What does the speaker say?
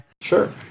Sure